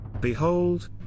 Behold